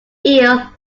eel